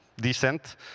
decent